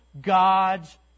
God's